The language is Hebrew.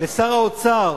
לשר האוצר,